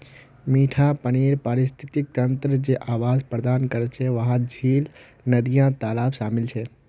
मिठा पानीर पारिस्थितिक तंत्र जे आवास प्रदान करछे वहात झील, नदिया, तालाब शामिल छे